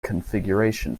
configuration